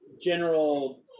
general